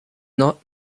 not